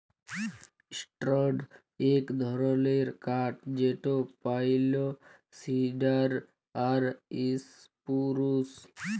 softwood ইক ধরলের কাঠ যেট পাইল, সিডার আর ইসপুরুস